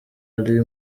ali